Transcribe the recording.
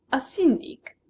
a syndic,